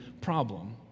problem